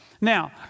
Now